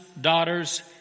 daughters